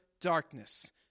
darkness